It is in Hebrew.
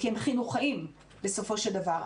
כי הם חינוכאים בסופו של דבר.